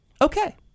okay